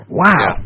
wow